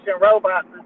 robots